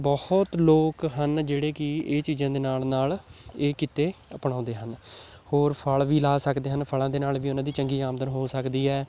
ਬਹੁਤ ਲੋਕ ਹਨ ਜਿਹੜੇ ਕਿ ਇਹ ਚੀਜ਼ਾਂ ਦੇ ਨਾਲ ਨਾਲ ਇਹ ਕਿੱਤੇ ਅਪਣਾਉਂਦੇ ਹਨ ਹੋਰ ਫ਼ਲ ਵੀ ਲਾ ਸਕਦੇ ਹਨ ਫ਼ਲਾਂ ਦੇ ਨਾਲ ਵੀ ਉਹਨਾਂ ਦੀ ਚੰਗੀ ਆਮਦਨ ਹੋ ਸਕਦੀ ਹੈ